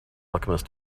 alchemist